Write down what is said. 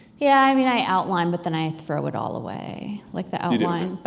yeah, i mean, i outline but then i throw it all away, like the outline.